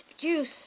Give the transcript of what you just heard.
juice